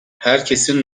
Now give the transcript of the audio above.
herkesin